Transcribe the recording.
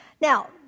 now